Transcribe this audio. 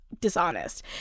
dishonest